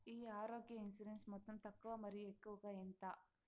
ఈ ఆరోగ్య ఇన్సూరెన్సు మొత్తం తక్కువ మరియు ఎక్కువగా ఎంత?